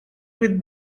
with